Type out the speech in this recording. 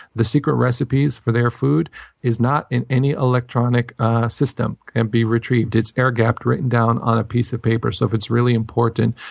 the secret recipes for their food is not in any electronic system and be retrieved. it's air-gapped, written down on a piece of paper. so if it's really important,